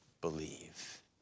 believe